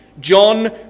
John